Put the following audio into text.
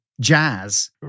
jazz